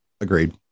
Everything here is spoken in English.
Agreed